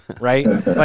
Right